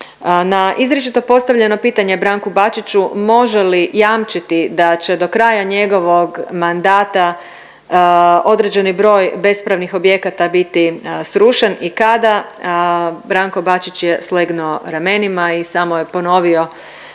Na izričito postavljeno pitanje Branku Bačiću, može li jamčiti da će do kraja njegovog mandata određeni broj bespravnih objekata biti srušen i kada, Branko Bačić je slegnuo ramenima i samo je ponovio